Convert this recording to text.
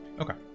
Okay